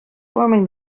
forming